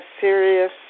serious